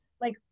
like-